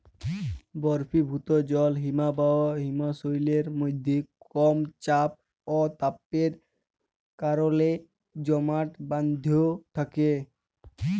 বরফিভুত জল হিমবাহ হিমশৈলের মইধ্যে কম চাপ অ তাপের কারলে জমাট বাঁইধ্যে থ্যাকে